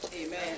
Amen